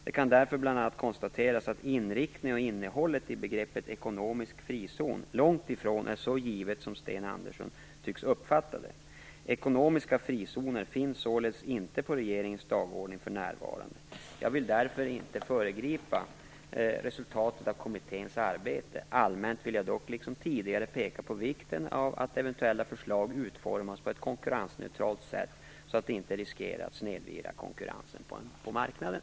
Det kan därför bl.a. konstateras att inriktningen och innehållet i begreppet ekonomisk frizon långt ifrån är så givet som Sten Andersson tycks uppfatta det. Ekonomiska frizoner finns således inte på regeringens dagordning för närvarande. Jag vill därför inte föregripa resultatet av kommitténs arbete. Allmänt vill jag dock liksom tidigare peka på vikten av att eventuella förslag utformas på ett konkurrensneutralt sätt så att de inte riskerar att snedvrida konkurrensen på marknaden.